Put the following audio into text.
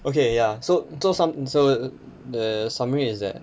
okay ya so so sum~ so the summary is that